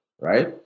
right